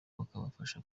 bakabafasha